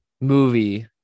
movie